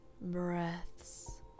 breaths